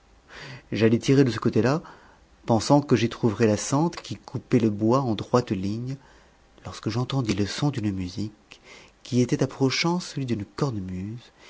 j'allais tirer de ce côté-là pensant que j'y trouverais la sente qui coupait le bois en droite ligne lorsque j'entendis le son d'une musique qui était approchant celui d'une cornemuse